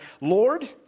Lord